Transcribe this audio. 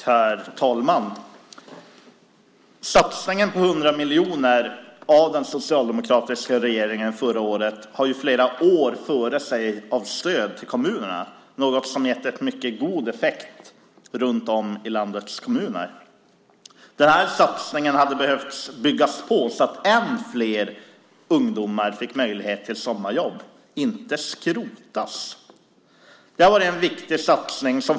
Herr talman! Den socialdemokratiska regeringens satsning om 100 miljoner förra året har föregåtts av stöd till kommunerna under flera år, något som gett en mycket god effekt runt om i landets kommuner. Den här satsningen hade behövt byggas på - inte skrotas! - så att ännu fler ungdomar kunde få möjlighet till sommarjobb. Det här har varit en viktig satsning.